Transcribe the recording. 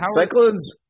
Cyclones –